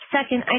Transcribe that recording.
Second